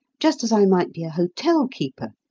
just as i might be a hotel-keeper,